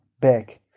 back